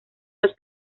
los